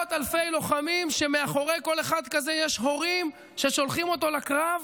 מאות אלפי לוחמים שמאחורי כל אחד כזה יש הורים ששולחים אותו לקרב,